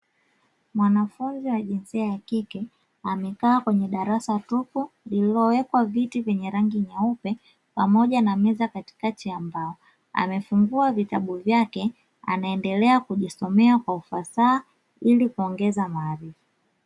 Mwanafunzi wa jinsia ya kike, amekaa kwenye darasa tupu lililowekwa viti vyene rangi nyeupe, pamoja na meza katikati ya mbao. Amefungua vitabu vyake anaendelea kujisomea kwa ufasaha ili kuongeza maarifa.